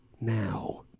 Now